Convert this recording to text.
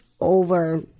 over